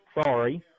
sorry